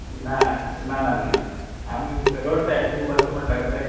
ना ना ना ना आमी रोड सायड तुका बसता म्हटल्यार कळटा